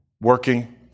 working